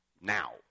now